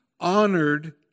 honored